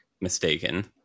mistaken